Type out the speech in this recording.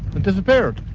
it disappeared.